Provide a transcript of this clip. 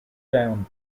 down